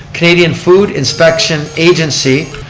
canadian food inspection agency,